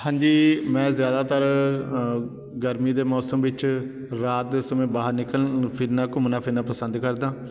ਹਾਂਜੀ ਮੈਂ ਜ਼ਿਆਦਾਤਰ ਗਰਮੀ ਦੇ ਮੌਸਮ ਵਿੱਚ ਰਾਤ ਦੇ ਸਮੇਂ ਬਾਹਰ ਨਿਕਲ ਫਿਰਨਾ ਘੁੰਮਣਾ ਫਿਰਨਾ ਪਸੰਦ ਕਰਦਾਂ